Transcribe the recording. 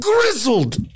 Grizzled